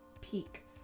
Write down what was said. peak